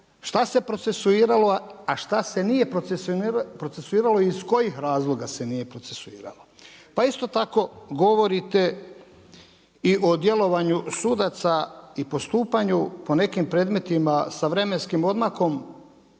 šta se procesuiralo, a šta se nije procesuiralo i iz kojih razloga se nije procesuiralo. Pa isto tako govorite i o djelovanju sudaca i postupanju po nekim predmetima sa vremenskim odmakom,